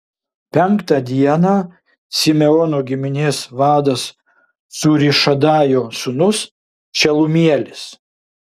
penktą dieną simeono giminės vadas cūrišadajo sūnus šelumielis